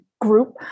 group